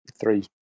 three